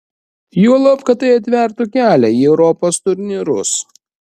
juolab kad tai atvertų kelią į europos turnyrus